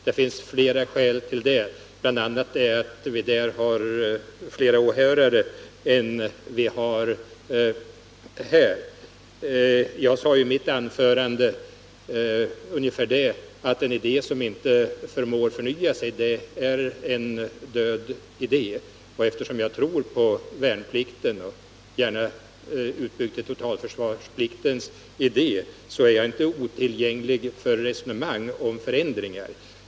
Det finns flera skäl till detta, bl.a. har vi där flera åhörare än här i dag. I mitt anförande sade jag att en idé som inte förmår förnya sig är en död idé, och eftersom jag tror på värnplikten, gärna utbyggd till totalförsvarspliktens idé, är jag inte otillgänglig för resonemang om ändringar.